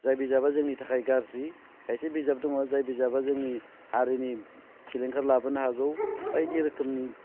जाय बिजाबा जोंनि थाखाय गाज्रि खायसे बिजाब दङ जाय बिजाबा जोंनि हारिनि सिलिंखार लाबोनो हागौ बायदि रोखोमनि